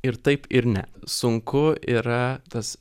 ir taip ir ne sunku yra tas